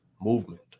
Movement